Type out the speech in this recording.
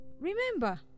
remember